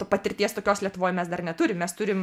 tu patirties tokios lietuvoj mes dar neturim mes turim